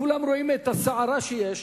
כולם רואים את הסערה שיש,